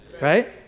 right